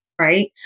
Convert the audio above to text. right